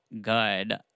good